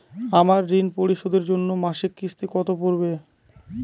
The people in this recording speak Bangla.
আমার ঋণ পরিশোধের জন্য মাসিক কিস্তি কত পড়বে?